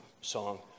song